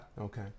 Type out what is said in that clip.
Okay